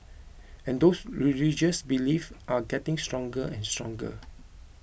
and those religious belief are getting stronger and stronger